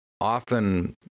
often